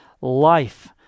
life